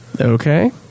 okay